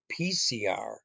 PCR